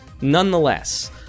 nonetheless